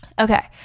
okay